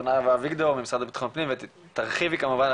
נאוה אביגדור מהמשרד לביטחון פנים ותרחיבי כמובן,